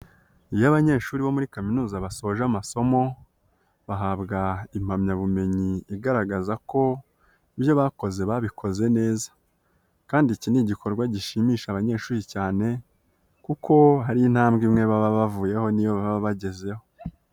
Iyo abanyeshuri bo muri kaminuza basoje amasomo bahabwa impamyabumenyi igaragaza ko ibyo bakoze babikoze neza kandi iki ni igikorwa gishimisha abanyeshuri cyane kuko hari intambwe imwe baba bavuyeho n'iyo baba bagezeho.